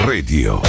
Radio